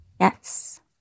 Yes